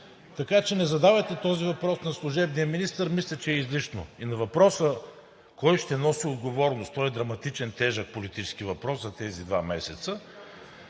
така че не задавайте този въпрос на служебния министър. Мисля, че е излишно. И на въпроса: кой ще носи отговорност? Той е драматичен, тежък политически въпрос за тези два месеца,